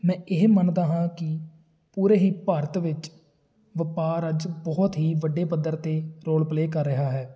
ਮੈਂ ਇਹ ਮੰਨਦਾ ਹਾਂ ਕਿ ਪੂਰੇ ਹੀ ਭਾਰਤ ਵਿੱਚ ਵਪਾਰ ਅੱਜ ਬਹੁਤ ਹੀ ਵੱਡੇ ਪੱਧਰ 'ਤੇ ਰੋਲ ਪਲੇਅ ਕਰ ਰਿਹਾ ਹੈ